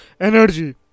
Energy